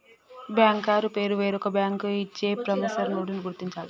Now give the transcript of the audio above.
banker పేరు వేరొక bank ఇచ్చే ప్రామిసరీ నోటుని గుర్తించాలి